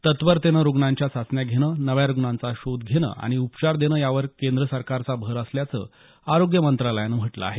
तत्परतेने रुग्णांच्या चाचण्या घेणं नव्या रुग्णांचा शोध घेणं आणि उपचार देणं यावर केंद्र सरकारचा भर असल्याचं आरोग्य मंत्रालयानं म्हटलं आहे